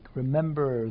remember